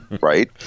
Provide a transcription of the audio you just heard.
right